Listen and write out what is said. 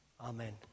Amen